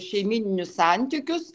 šeimyninius santykius